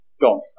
Gone